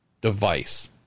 device